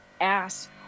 ass